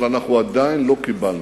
אבל אנחנו עדיין לא קיבלנו,